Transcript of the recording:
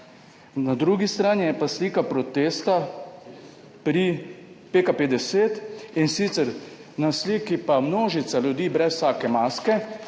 Na drugi strani je pa slika protesta pri PKP10, in sicer na sliki množica ljudi brez vsake maske.